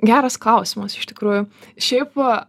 geras klausimas iš tikrųjų šiaip